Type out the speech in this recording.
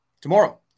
Tomorrow